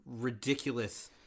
ridiculous